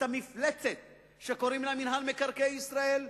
את המפלצת שקוראים לה מינהל מקרקעי ישראל,